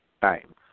time